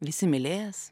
visi mylės